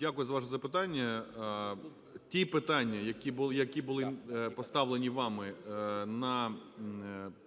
Дякую за ваше запитання. Ті питання, які були поставлені вами на